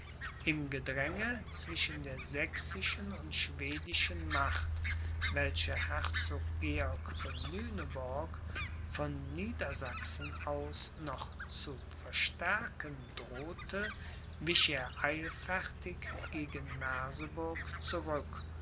im gedränge zwischen der sächsischen und schwedischen macht welche herzog georg von lüneburg von niedersachsen aus noch zu verstärken drohte wich er eilfertig gegen merseburg zurück